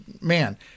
man